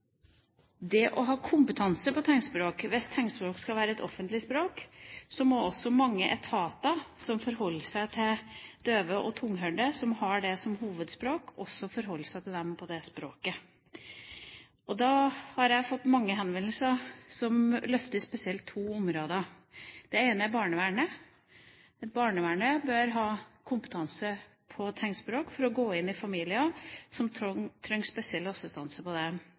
kompetanse i tegnspråk: Hvis tegnspråk skal være et offentlig språk, må mange etater som forholder seg til døve og tunghørte som har det som hovedspråk, også forholde seg til dem på det språket. Jeg har fått mange henvendelser som løfter spesielt to områder. Det ene gjelder barnevernet. Barnevernet bør ha kompetanse i tegnspråk for å gå inn i familier som trenger spesiell assistanse. En døv skrev til meg at det